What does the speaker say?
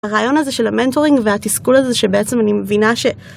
הרעיון הזה של המנטורינג והתסכול הזה שבעצם אני מבינה ש.